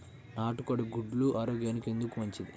నాటు కోడి గుడ్లు ఆరోగ్యానికి ఎందుకు మంచిది?